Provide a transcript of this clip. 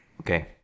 Okay